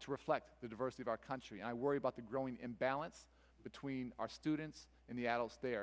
to reflect the diversity of our country i worry about the growing imbalance between our students and the adults the